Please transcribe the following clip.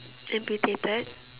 amputated